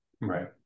Right